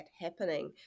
happening